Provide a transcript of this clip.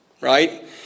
right